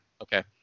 Okay